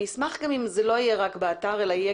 אני אשמח אם זה לא יהיה רק באתר אלא יהיה